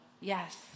Yes